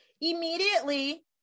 Immediately